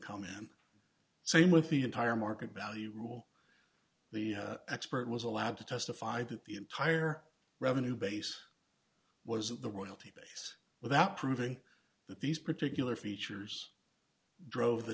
come in same with the entire market value rule the expert was allowed to testify that the entire revenue base was at the royalty base without proving that these particular features drove